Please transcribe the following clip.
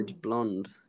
blonde